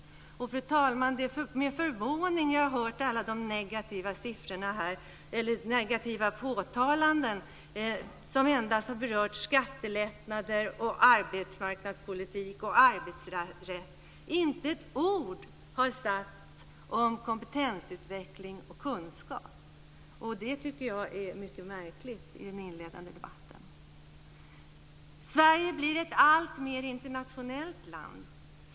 Fru talman! Det är med förvåning jag har hört alla de negativa påtalandena här som endast har berört skattelättnader, arbetsmarknadspolitik och arbetsrätt. Inte ett ord har sagts om kompetensutveckling och kunskap i den inledande debatten, och det tycker jag är mycket märkligt. Sverige blir ett alltmer internationellt land.